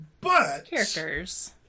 characters